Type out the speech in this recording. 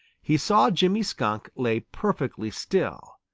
he saw jimmy skunk lay perfectly still,